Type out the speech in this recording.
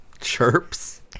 Chirps